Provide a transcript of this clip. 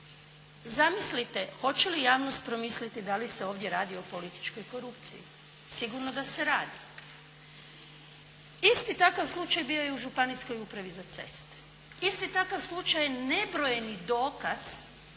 Zamislite, hoće li javnost promisliti da li se ovdje radi o političkoj korupciji? Sigurno da se radi. Isti takav slučaj bio je u Županijskoj upravi za ceste. Isti takav slučaj nebrojeni dokaz